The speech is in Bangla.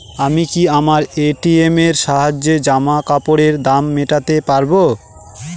আমি কি আমার এ.টি.এম এর সাহায্যে জামাকাপরের দাম মেটাতে পারব?